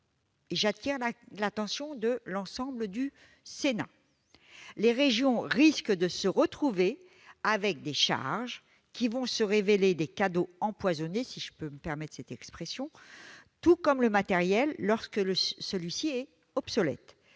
sujet l'attention de l'ensemble du Sénat. Les régions risquent d'hériter de charges qui vont se révéler des cadeaux empoisonnés, si je puis me permettre cette expression, à l'image du matériel lorsque celui-ci est obsolète.